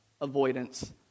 avoidance